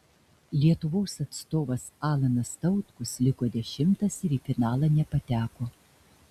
lietuvos atstovas alanas tautkus liko dešimtas ir į finalą nepateko